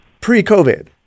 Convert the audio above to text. pre-COVID